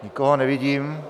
Nikoho nevidím.